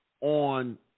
on